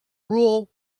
rural